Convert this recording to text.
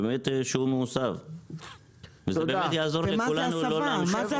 שהוא באמת מוסב וזה באמת יעזור לכולנו לא --- ומה זה הסבה,